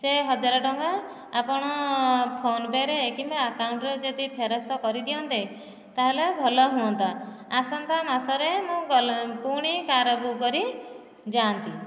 ସେ ହଜାରେ ଟଙ୍କା ଆପଣ ଫୋନ ପେ ରେ କିମ୍ବା ଆକାଉଣ୍ଟରେ ଯଦି ଫେରସ୍ତ କରିଦିଅନ୍ତେ ତାହେଲେ ଭଲ ହୁଅନ୍ତା ଆସନ୍ତା ମାସରେ ମୁଁ ଗଲେ ପୁଣି କାର୍ ବୁକ୍ କରି ଯାଆନ୍ତି